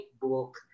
book